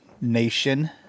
nation